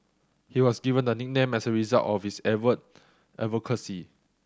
he was given the nickname as a result of his avid advocacy